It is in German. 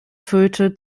führte